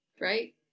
right